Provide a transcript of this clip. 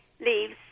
leaves